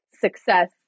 success